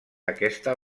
aquesta